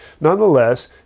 nonetheless